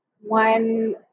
One